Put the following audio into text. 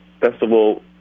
festival